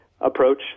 approach